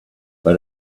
but